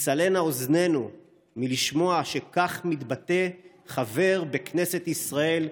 תצלינה אוזנינו מלשמוע שכך מתבטא חבר בכנסת ישראל,